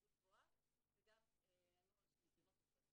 בתדירות גבוהה וגם ענו על ניסיונות אובדניים.